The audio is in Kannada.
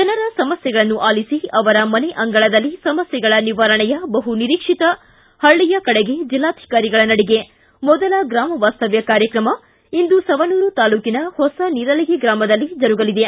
ಜನರ ಸಮಸ್ಥೆಗಳನ್ನು ಆಲಿಸಿ ಅವರ ಮನೆ ಅಂಗಳದಲ್ಲಿ ಸಮಸ್ಥೆಗಳ ನಿವಾರಣೆಯ ಬಹು ನಿರೀಕ್ಷಿತ ಹಳ್ಳಿಯ ಕಡೆಗೆ ಜಿಲ್ಲಾಧಿಕಾರಿಗಳ ನಡಿಗೆ ಮೊದಲ ಗ್ರಾಮ ವಾಸ್ತವ್ಯ ಕಾರ್ಯಕ್ರಮ ಇಂದು ಸವಣೂರ ತಾಲೂಕಿನ ಹೊಸನೀರಲಗಿ ಗ್ರಾಮದಲ್ಲಿ ಜರುಗಲಿದೆ